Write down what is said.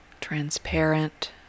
transparent